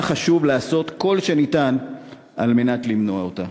חשוב לעשות כל שניתן על מנת למנוע אותה.